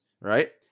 right